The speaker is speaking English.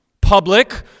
Public